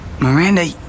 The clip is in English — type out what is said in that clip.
Miranda